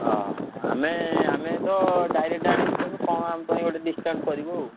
ଆମେ ଆମେ ତ ଡାଇରେକ୍ଟ ଆଣିବୁ ତେଣୁ କଣ ଆମପାଇଁ ଗୋଟେ ଡିସକାଉଣ୍ଟ କରିବେ ଆଉ